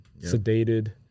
sedated